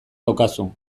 daukazu